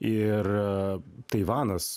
ir taivanas